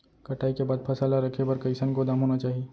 कटाई के बाद फसल ला रखे बर कईसन गोदाम होना चाही?